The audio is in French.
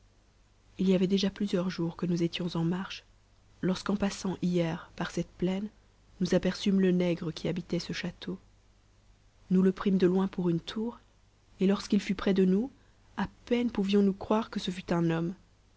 il y avait déjà plusieurs jours que nous étions en marche lorsqu'en passant hier par cette plaine nous aperçûmes le nègre qui habitait ce château nous le primes de loin pour une tour et lorsqu'il fut près de nous à peine pouvions-nous croire que ce fût un homme